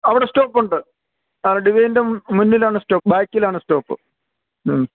അവിടെ സ്റ്റോപ്പ് ഉണ്ട് അവിടെ ഡിവൈൻ്റെ മുന്നിലാണ് സ്റ്റോപ്പ് ബാക്കിലാണ് സ്റ്റോപ്പ് മ്മ്